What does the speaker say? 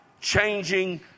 Changing